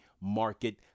market